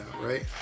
right